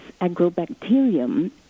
agrobacterium